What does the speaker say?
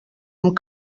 amb